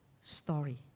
story